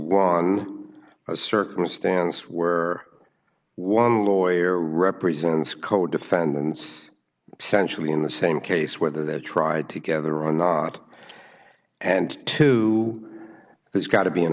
one circumstance were one lawyer represents co defendants sensually in the same case whether they're tried together or not and two there's got to be an